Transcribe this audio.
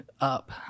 up